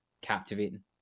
captivating